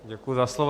Děkuji za slovo.